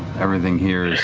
everything here